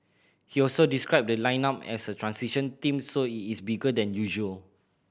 he also described the lineup as a transition team so it is bigger than usual